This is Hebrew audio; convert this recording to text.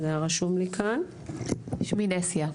נסיה,